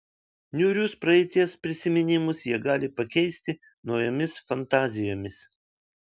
niūrius praeities prisiminimus jie gali pakeisti naujomis fantazijomis